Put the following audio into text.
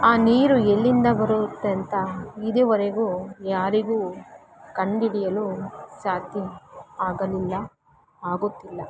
ಆ ನೀರು ಎಲ್ಲಿಂದ ಬರುತ್ತೆ ಅಂತ ಇದುವರೆಗೂ ಯಾರಿಗೂ ಕಂಡಿಡಿಯಲು ಸಾಧ್ಯ ಆಗಲಿಲ್ಲ ಆಗುತ್ತಿಲ್ಲ